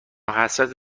حسرت